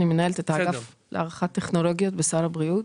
אני מנהלת את האגף להערכת טכנולוגיות בסל הבריאות,